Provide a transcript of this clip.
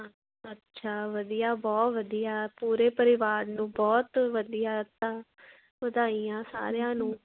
ਅੱਛਾ ਵਧੀਆ ਬਹੁਤ ਵਧੀਆ ਪੂਰੇ ਪਰਿਵਾਰ ਨੂੰ ਬਹੁਤ ਵਧੀਆ ਤ ਵਧਾਈਆਂ ਸਾਰਿਆਂ ਨੂੰ